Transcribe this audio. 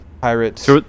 Pirates